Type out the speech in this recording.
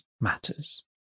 matters